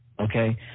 okay